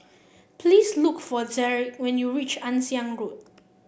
please look for Derik when you reach Ann Siang Road